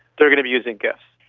they are going to be using gifs.